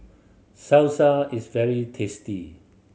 salsa is very tasty